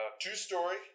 Two-story